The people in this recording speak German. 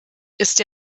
ist